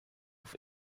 auf